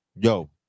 Yo